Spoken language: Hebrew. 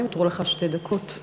נותרו לך שתי דקות.